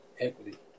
Equity